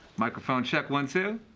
microphone check one, two.